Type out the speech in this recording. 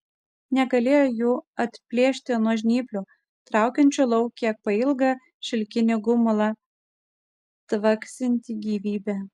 negalėjo jų atplėšti nuo žnyplių traukiančių lauk kiek pailgą šilkinį gumulą tvaksintį gyvybe